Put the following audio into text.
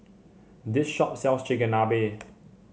this shop sells Chigenabe